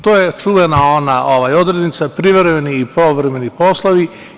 To je ona čuvena odrednica - privremeni i povremeni poslovi.